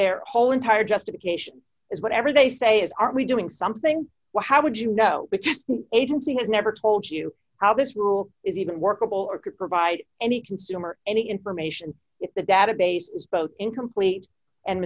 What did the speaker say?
their whole entire justification is whatever they say is aren't we doing something well how would you know which agency has never told you how this rule is even workable or could provide any consumer any information if the database is both incomplete and